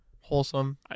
Wholesome